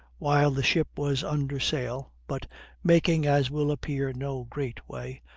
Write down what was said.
while the ship was under sail, but making as will appear no great way,